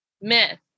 myth